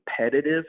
competitive